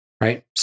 right